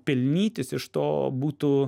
pelnytis iš to būtų